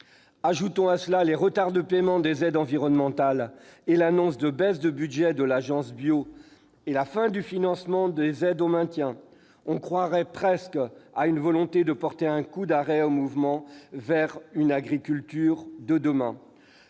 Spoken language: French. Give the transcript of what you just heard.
ajoute à cela les retards de paiement des aides environnementales, l'annonce d'une baisse du budget de l'Agence Bio et la fin du financement des aides au maintien, on pourrait presque croire à une volonté de porter un coup d'arrêt au mouvement vers l'agriculture de demain,